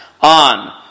on